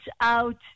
out